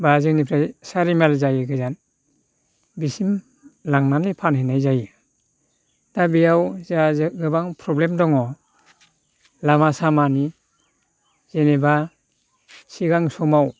एबा जोंनिफ्राय सारि माइल जायो गोजान बिसिम लांनानै फानहैनाय जायो दा बेयाव जाहा गोबां प्रब्लेम दङ लामा सामानि जेनोबा सिगां समाव